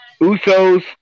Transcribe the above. Usos